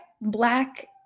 black